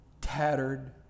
tattered